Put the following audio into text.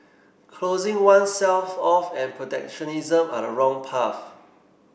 closing oneself off and protectionism are the wrong path